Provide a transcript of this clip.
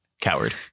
Coward